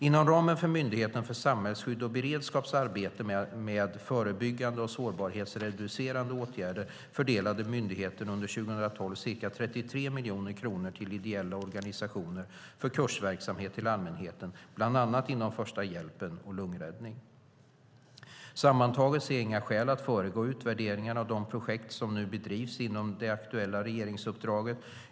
Inom ramen för Myndigheten för samhällsskydd och beredskaps arbete med förebyggande och sårbarhetsreducerande åtgärder fördelade myndigheten under 2012 ca 33 miljoner kronor till ideella organisationer för kursverksamhet till allmänheten, bland annat inom första hjälpen och hjärt-lungräddning. Sammantaget ser jag inga skäl att föregå utvärderingarna av de projekt som nu bedrivs inom det aktuella regeringsuppdraget.